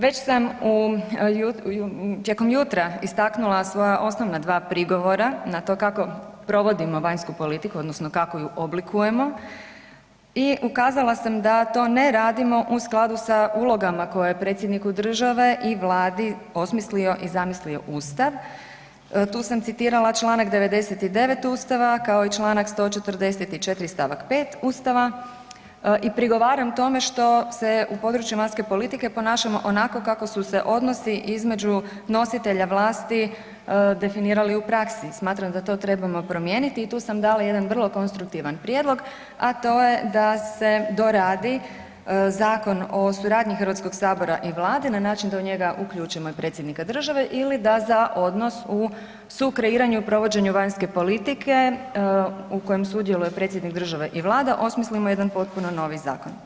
Već sam u, tijekom jutra istaknula svoja osnovna dva prigovora na to kako provodimo vanjsku politiku odnosno kako ju oblikujemo i ukazala sam da to ne radimo u skladu sa ulogama koje je predsjedniku države i vladi osmislio i zamislio ustav, tu sam citirala čl. 99. ustava, kao i čl. 144. st. 5. ustava i prigovaram tome što se u području vanjske politike ponašamo onako kako su se odnosi između nositelja vlasti definirali u praksi, smatram da to trebamo promijeniti i tu sam dala jedan vrlo konstruktivan prijedlog, a to je da se doradi Zakon o suradnji HS i vlade na način da u njega uključimo i predsjednika države ili da za odnos u sukreiranju i provođenju vanjske politike u kojem sudjeluje i predsjednik države i vlade, osmislimo jedan potpuno novi zakon.